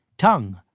tongue,